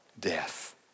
death